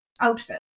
outfit